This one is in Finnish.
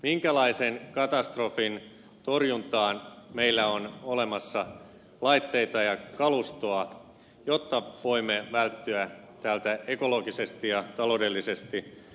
minkälaisen katastrofin torjuntaan meillä on olemassa laitteita ja kalustoa jotta voimme välttyä tältä ekologisesti ja taloudellisesti suurelta katastrofilta